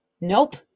Nope